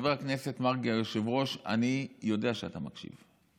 חבר הכנסת מרגי, היושב-ראש, אני יודע שאתה מקשיב.